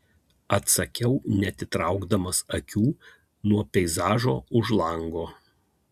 atsakiau neatitraukdamas akių nuo peizažo už lango